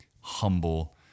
humble